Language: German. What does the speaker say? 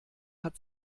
hat